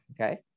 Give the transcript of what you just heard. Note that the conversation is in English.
Okay